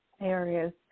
areas